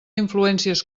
influències